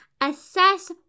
assess